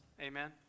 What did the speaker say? amen